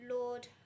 Lord